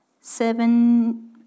seven